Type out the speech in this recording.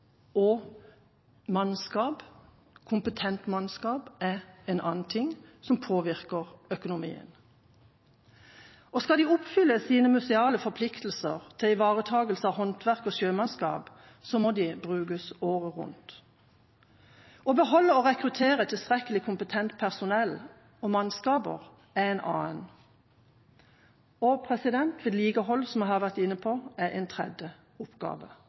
som påvirker økonomien. Skal de oppfylle sine museale forpliktelser til ivaretakelse av håndverk og sjømannskap, må de brukes året rundt. Å beholde og rekruttere tilstrekkelig kompetent personell og mannskaper er en annen ting, og vedlikehold, som jeg har vært inne på, er en tredje oppgave